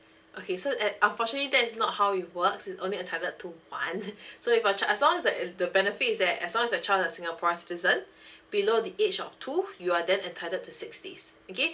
okay so at unfortunately that's not how it works is only entitled to one so if your child as long as the uh the benefit is that as long as your child's a singapore citizen below the age of two you are then entitled to six days okay